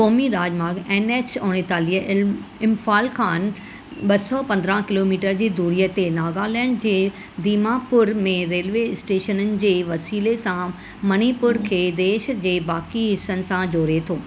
क़ौमी राजमार्ग N H उणितालीह इल इम्फाल खान ॿ सौ पंद्राहं किलोमीटर जी दूरीअ ते नागालैंड जे दीमापुर में रेलवे स्टेशननि जे वसीले सां मणिपुर खे देश जे बाक़ी हिसनि सां जोड़े थो